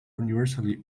universally